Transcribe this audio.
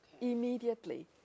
immediately